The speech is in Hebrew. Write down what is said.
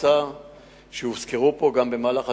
הוזכרו פה חברי מועצה,